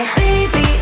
baby